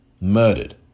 murdered